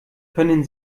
können